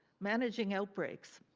managing outbreaks.